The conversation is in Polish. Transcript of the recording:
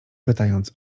pytając